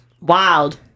wild